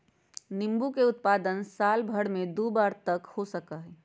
नींबू के उत्पादन साल भर में दु बार तक हो सका हई